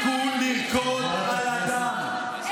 איך אתה מסוגל להעלות את השמות שלהן כדי, במאבק?